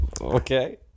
Okay